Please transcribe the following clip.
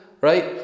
right